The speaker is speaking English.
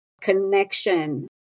connection